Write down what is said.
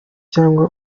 cyangwa